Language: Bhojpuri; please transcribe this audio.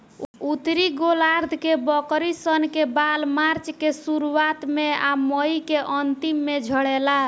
उत्तरी गोलार्ध के बकरी सन के बाल मार्च के शुरुआत में आ मई के अन्तिम में झड़ेला